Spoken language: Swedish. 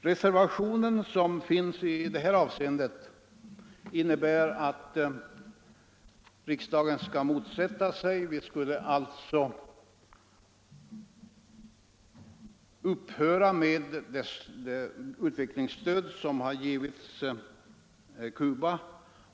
Reservationen i detta avseende innebär att riksdagen skall upphöra med det utvecklingsstöd som har givits Cuba.